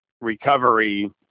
recovery